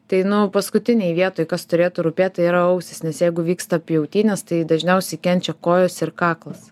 tai nu paskutinėj vietoj kas turėtų rūpėt tai yra ausys nes jeigu vyksta pjautynės tai dažniausiai kenčia kojos ir kaklas